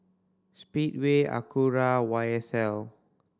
Speedway Acura Y S L